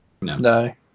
No